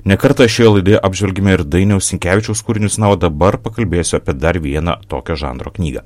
ne kartą šioje laidoje apžvelgėme ir dainiaus sinkevičiaus kūrinius na o dabar pakalbėsiu apie dar vieną tokio žanro knygą